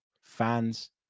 fans